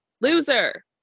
Loser